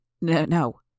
No